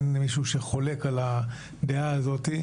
אין מישהו שחולק על הדעה הזאת.